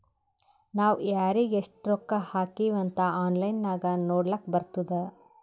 ನಾವ್ ಯಾರಿಗ್ ಎಷ್ಟ ರೊಕ್ಕಾ ಹಾಕಿವ್ ಅಂತ್ ಆನ್ಲೈನ್ ನಾಗ್ ನೋಡ್ಲಕ್ ಬರ್ತುದ್